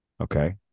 Okay